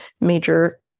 major